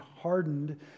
hardened